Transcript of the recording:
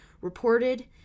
reported